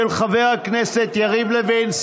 של חבר הכנסת יריב לוין.